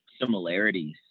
similarities